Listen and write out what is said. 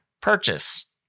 purchase